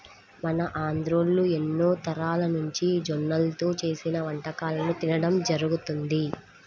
మన ఆంధ్రోల్లు ఎన్నో తరాలనుంచి జొన్నల్తో చేసిన వంటకాలను తినడం జరుగతంది